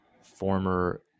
former